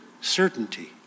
certainty